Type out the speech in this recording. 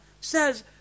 says